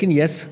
yes